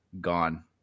gone